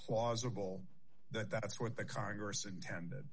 plausible that that's what the congress intended